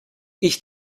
ich